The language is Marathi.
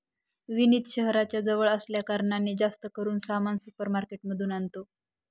विनीत शहराच्या जवळ असल्या कारणाने, जास्त करून सामान सुपर मार्केट मधून आणतो